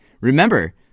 Remember